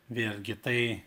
vėlgi tai